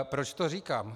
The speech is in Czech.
Proč to říkám?